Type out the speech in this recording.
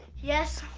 yes,